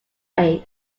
age